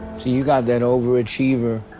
so you got that overachiever